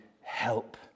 help